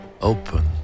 open